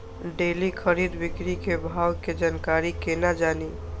Daily खरीद बिक्री के भाव के जानकारी केना जानी?